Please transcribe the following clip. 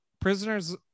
prisoners